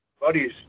buddies